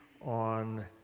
on